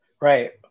Right